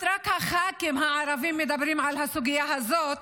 רק הח"כים הערבים מדברים על הסוגיה הזאת,